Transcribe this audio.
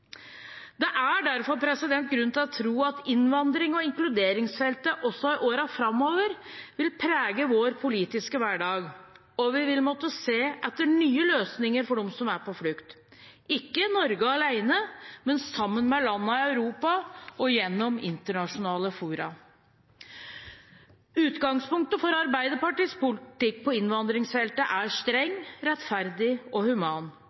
Det er derfor grunn til å tro at innvandrings- og inkluderingsfeltet også i årene framover vil prege vår politiske hverdag, og vi vil måtte se etter nye løsninger for dem som er på flukt – ikke Norge alene, men sammen med landene i Europa og gjennom internasjonale fora. Utgangspunktet for Arbeiderpartiets politikk på innvandringsfeltet er streng, rettferdig og human.